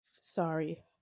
Sorry